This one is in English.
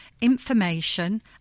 information